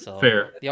fair